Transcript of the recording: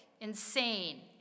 insane